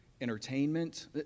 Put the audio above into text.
entertainment